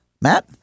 Matt